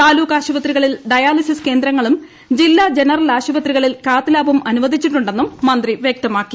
താലൂക്ക് ആശുപത്രികളിൽ dialysis കേന്ദ്രങ്ങളും ജില്ല ജനറൽ ആശുപത്രികളിൽ കാത്ത് ലാബും അനുവദിച്ചിട്ടുണ്ടെന്നും മന്ത്രി വൃക്തമാക്കി